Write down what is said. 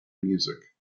music